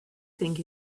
think